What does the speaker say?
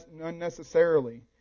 unnecessarily